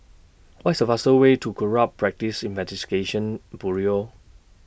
What IS The fastest Way to Corrupt Practices Investigation Bureau